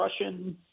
Russian